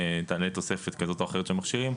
תעלה תוספת כזאת או אחרת של מכשירים,